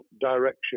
direction